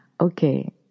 okay